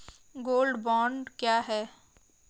Gold bond क्या है?